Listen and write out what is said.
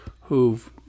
who've